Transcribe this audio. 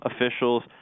officials